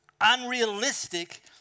unrealistic